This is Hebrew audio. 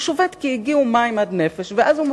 הוא שובת כי הגיעו מים עד נפש,